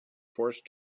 forced